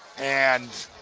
and